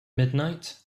midnight